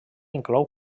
inclou